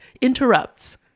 interrupts